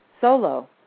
solo